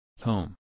Home